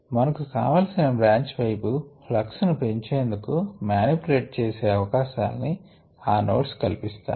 మనకు కావలిసిన బ్రాంచ్ వైపు ప్లక్స్ ను పెంచేందుకు మానిప్యులేట్ చేసే అవకాశాల్ని ఈ నోడ్స్ కల్పిస్తాయి